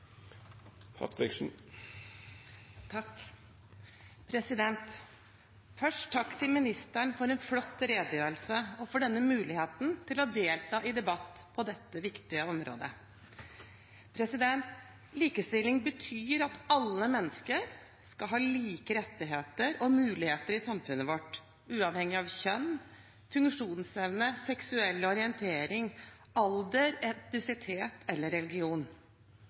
til statsråden for en flott redegjørelse og for denne muligheten til å delta i debatt på dette viktige området. Likestilling betyr at alle mennesker skal ha like rettigheter og muligheter i samfunnet vårt uavhengig av kjønn, funksjonsevne, seksuell orientering, alder, etnisitet eller religion.